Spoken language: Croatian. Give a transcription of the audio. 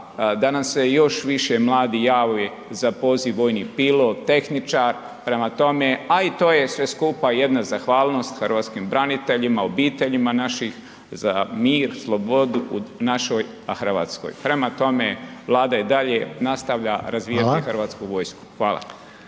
da nam se još više mladi jave za poziv vojni pilot, tehničar, a i to je sve skupa jedna zahvalnost hrvatskim braniteljima, obiteljima naših za mir, slobodu u našoj Hrvatskoj. Prema tome, Vlada i dalje nastavlja razvijati Hrvatsku vojsku. Hvala.